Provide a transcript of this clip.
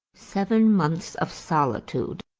seven months of solitude,